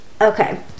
Okay